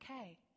okay